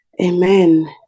Amen